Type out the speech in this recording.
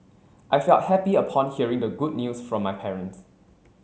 I felt happy upon hearing the good news from my parents